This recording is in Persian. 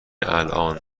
الان